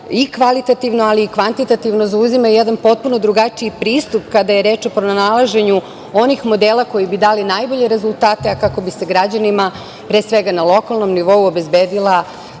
i kvalitativno, ali i kvantitativno zauzima jedan potpuno drugačiji pristup kada je reč o pronalaženju onih modela koji bi dali najbolje rezultate, a kako bi se građanima pre svega na lokalnom nivou obezbedila